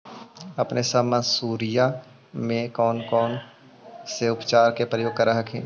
अपने सब मसुरिया मे कौन से उपचार के प्रयोग कर हखिन?